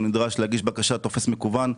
הוא נדרש להגיש בקשת טופס מקוון.